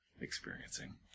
experiencing